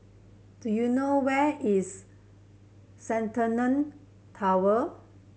do you know where is Centennial Tower